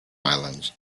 islands